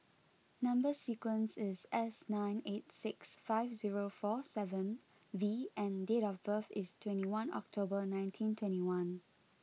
number sequence is S nine eight six five zero four seven V and date of birth is twenty one October nineteen twenty one